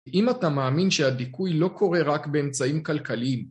אם אתה מאמין שהדיכוי לא קורה רק באמצעים כלכליים.